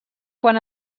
quan